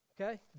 Okay